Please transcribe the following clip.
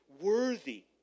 worthy